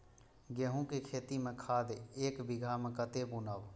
गेंहू के खेती में खाद ऐक बीघा में कते बुनब?